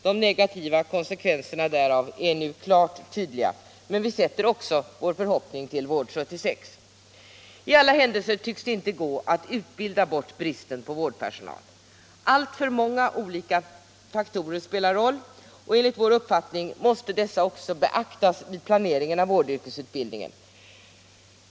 De negativa konsekvenserna därav är nu klart urskiljbara. Men vi sätter också vår förhoppning till Vård-76. Lalla händelser tycks det inte gå att utbilda bort bristen på vårdpersonal. Alltför många olika faktorer spelar in och enligt vår uppfattning måste dessa också beaktas vid planeringen av vårdyrkesutbildningen.